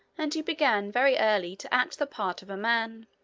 and he began very early to act the part of a man.